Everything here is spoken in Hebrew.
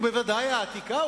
ובוודאי העתיקה,